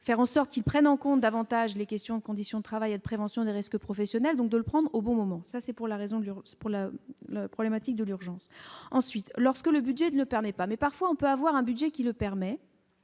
faire en sorte qu'ils prennent en compte davantage les questions de conditions de travail de prévention des risques professionnels, donc de le prendre au bon moment, ça c'est pour la raison de l'pour la problématique de l'urgence ensuite lorsque le budget ne permet pas, mais parfois on peut avoir un budget qui le permet,